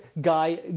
guy